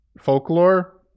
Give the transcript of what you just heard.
folklore